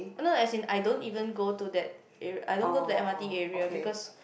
no as in I don't even go to that area I don't go to that m_r_t area because